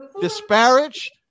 disparaged